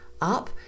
up